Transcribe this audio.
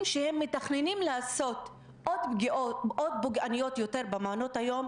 שהם מתכננים לעשות פוגעניים יותר במעונות היום,